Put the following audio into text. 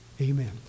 Amen